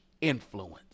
influence